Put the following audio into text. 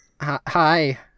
hi